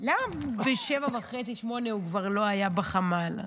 למה ב-07:30 08:00 הוא לא היה כבר בחמ"ל?